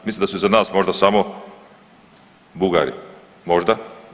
Mislim da su iza nas možda samo Bugari, možda.